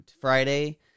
Friday